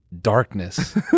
darkness